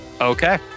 Okay